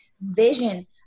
vision